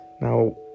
Now